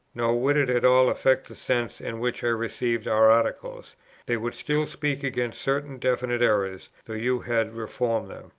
nor would it at all affect the sense in which i receive our articles they would still speak against certain definite errors, though you had reformed them.